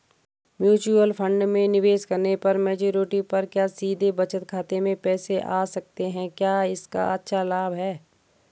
Mutual fund में निवेश करने पर मैच्योरिटी पर क्या सीधे बचत खाते में पैसे आ सकते हैं क्या इसका अच्छा लाभ है?